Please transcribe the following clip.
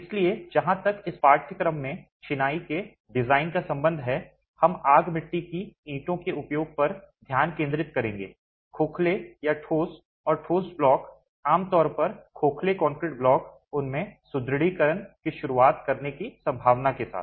इसलिए जहां तक इस पाठ्यक्रम में चिनाई के डिजाइन का संबंध है हम आग मिट्टी की ईंटों के उपयोग पर ध्यान केंद्रित करेंगे खोखले या ठोस और ठोस ब्लॉक आमतौर पर खोखले कंक्रीट ब्लॉक उनमें सुदृढीकरण की शुरुआत करने की संभावना के साथ